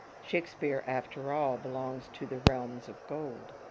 shakespeare, after all, belongs to the realms of gold.